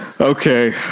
okay